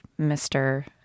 Mr